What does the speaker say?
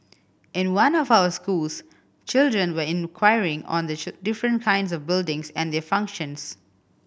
in one of our schools children were inquiring on the different kinds of buildings and their functions